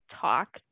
talk